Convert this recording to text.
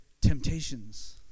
temptations